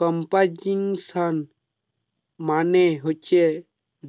composition মানে হচ্ছে